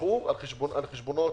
על חשבונות